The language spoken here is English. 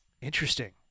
interesting